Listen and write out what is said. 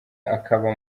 akaba